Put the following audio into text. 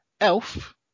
Elf